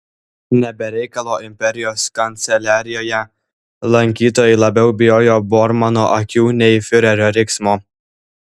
ne be reikalo imperijos kanceliarijoje lankytojai labiau bijojo bormano akių nei fiurerio riksmo